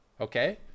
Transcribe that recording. Okay